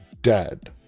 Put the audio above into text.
dead